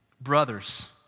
Brothers